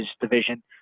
division